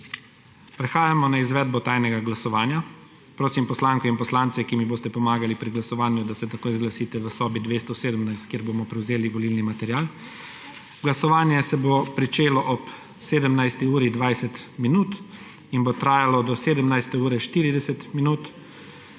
Prehajamo na izvedbo tajnega glasovanja. Prosim poslanke in poslance, ki mi boste pomagali pri glasovanju, da se takoj zglasite v sobi 217, kjer bomo prevzeli volilni material. Glasovanje se bo začelo ob 17.20 in bo trajalo do 17.40.